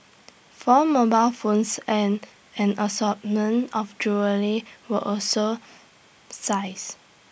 four mobile phones and an assortment of jewellery were also seized